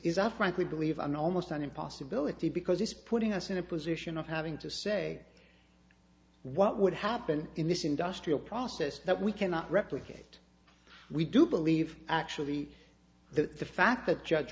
a frankly believe an almost an impossibility because it's putting us in a position of having to say what would happen in this industrial process that we cannot replicate we do believe actually the fact that judge